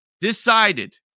decided